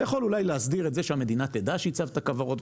אתה יכול אולי להסדיר את זה שהמדינה תדע שהצבת כוורות,